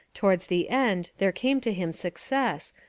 towards the end there came to him success,